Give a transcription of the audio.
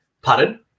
Pardon